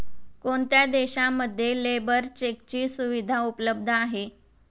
कोणत्या देशांमध्ये लेबर चेकची सुविधा उपलब्ध आहे?